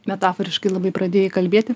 metaforiškai labai pradėjai kalbėti